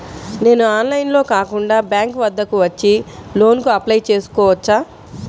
నేను ఆన్లైన్లో కాకుండా బ్యాంక్ వద్దకు వచ్చి లోన్ కు అప్లై చేసుకోవచ్చా?